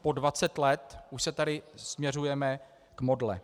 Po 20 let už se tady směřujeme k modle.